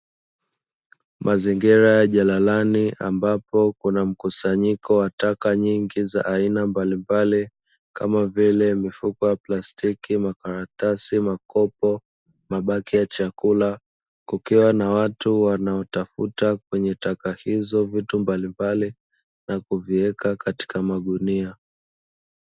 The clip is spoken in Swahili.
Mazingira ya jalalani ambapo kuna mkusanyiko wa taka nyingi za aina mbalimbali kama vile mifuko ya plastiki, makaratasi, makopo, mabaki ya chakula. Kukiwa na watu wanaotafuta kwenye taka hizo vitu mbalimbali na kuviweka katika magunia.